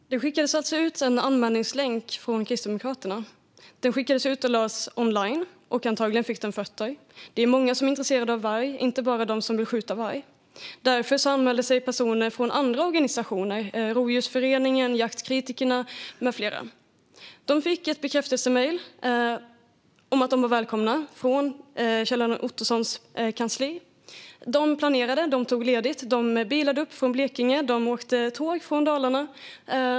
Fru talman! Det skickades alltså ut en anmälningslänk från Kristdemokraterna som lades online, och antagligen fick den fötter. Det är många som är intresserade av varg, inte bara de som vill skjuta varg. Därför anmälde sig personer från andra organisationer, Rovdjursföreningen, Jaktkritikerna med flera. De fick ett bekräftelsemejl från Kjell-Arne Ottossons kansli om att de var välkomna. De planerade, tog ledigt, bilade upp från Blekinge och åkte tåg från Dalarna.